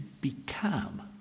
become